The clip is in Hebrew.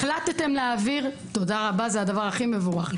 החלטתם להעביר תודה רבה, זה דבר הכי מבורך.